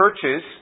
churches